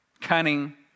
cunning